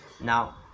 now